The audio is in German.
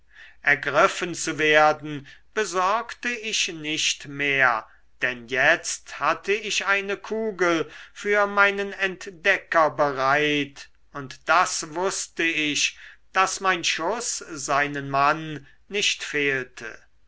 ergriffen zu werden besorgte ich nicht mehr denn jetzt hatte ich eine kugel für meinen entdecker bereit und das wußte ich daß mein schuß seinen mann nicht fehlte